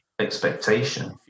expectation